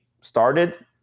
started